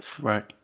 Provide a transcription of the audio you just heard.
Right